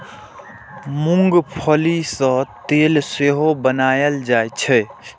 मूंंगफली सं तेल सेहो बनाएल जाइ छै